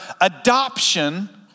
adoption